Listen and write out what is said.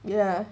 ya